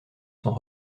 sont